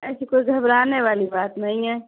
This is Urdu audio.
ایسی کوئی گھبرانے والی بات نہیں ہے